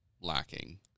lacking